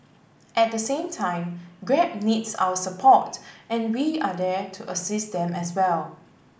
at the same time Grab needs our support and we are there to assist them as well